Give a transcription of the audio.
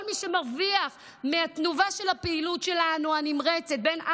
כל מי שמרוויח מהתנובה של הפעילות הנמרצת שלנו,